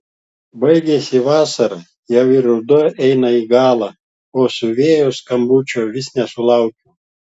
baigėsi vasara jau ir ruduo eina į galą o siuvėjos skambučio vis nesulaukiu